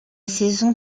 saison